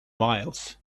miles